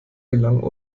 gelang